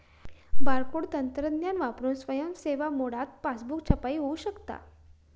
barcode तंत्रज्ञान वापरून स्वयं सेवा मोडात पासबुक छपाई होऊ शकता